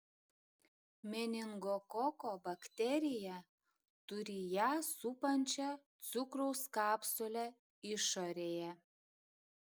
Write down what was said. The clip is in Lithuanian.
meningokoko bakterija turi ją supančią cukraus kapsulę išorėje